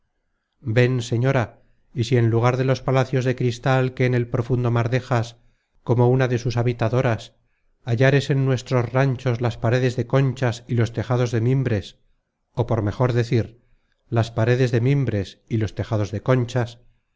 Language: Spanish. ven señora y si en lugar de los palacios de cristal que en el profundo mar dejas como una de sus habitadoras hallares en nuestros ranchos las paredes de conchas y los tejados de mimbres ó por mejor decir las paredes de mimbres y los tejados de conchas